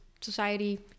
society